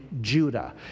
Judah